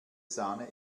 sahne